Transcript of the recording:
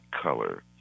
color